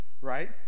Right